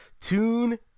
Tune